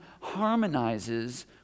harmonizes